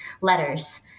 letters